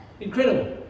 Incredible